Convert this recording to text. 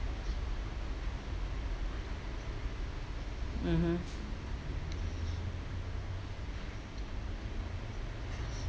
mmhmm